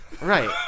Right